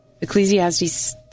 Ecclesiastes